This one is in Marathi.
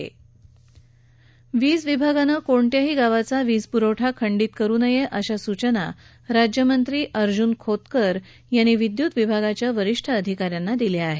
विद्यूत विभागानं कोणत्याही गावाचा वीजपुरवठा खंडित करू नये अशा सूचना राज्यमंत्री अर्जुन रोखतकर यांनी विद्यूत विभागाच्या वरिष्ठ अधिकाऱ्यांना दिल्या आहेत